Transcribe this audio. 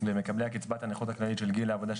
למקבלי קצבת הנכות הכללית של גיל העבודה,